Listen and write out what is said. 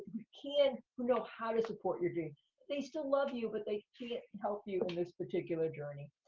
who can, who know how to support your they still love you, but they can't help you in this particular journey.